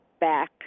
back